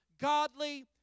godly